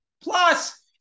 Plus